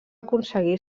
aconseguir